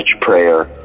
prayer